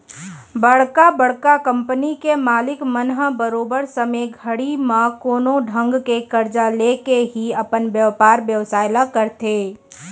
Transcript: बड़का बड़का कंपनी के मालिक मन ह बरोबर समे घड़ी म कोनो ढंग के करजा लेके ही अपन बयपार बेवसाय ल करथे